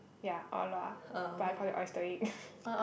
ya or-luak but I call it oyster egg